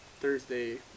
Thursday